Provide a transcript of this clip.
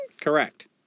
Correct